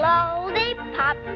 Lollipop